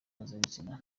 mpuzabitsina